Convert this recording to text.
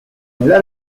nella